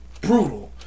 brutal